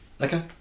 Okay